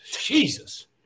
Jesus